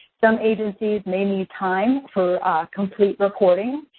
some agencies may need time for complete recording,